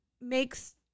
makes